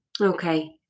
Okay